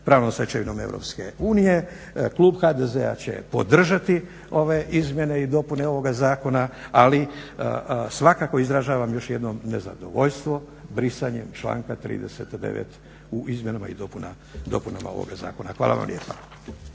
pravnom stečevinom Europske unije. Klub HDZ-a će podržati ove izmjene i dopune ovoga zakona, ali svakako izražavam još jednom nezadovoljstvo brisanjem članka 39. u izmjenama i dopunama ovoga zakona. Hvala vam lijepa.